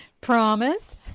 promise